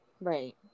Right